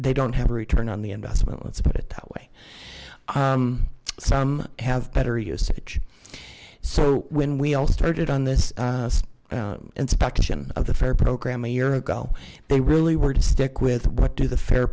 they don't have a return on the investment let's put it that way some have better usage so when we all started on this inspection of the fare program a year ago they really were to stick with what do the fare